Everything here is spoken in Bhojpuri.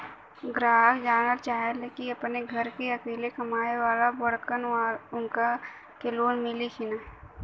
ग्राहक जानेला चाहे ले की ऊ अपने घरे के अकेले कमाये वाला बड़न उनका के लोन मिली कि न?